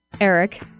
Eric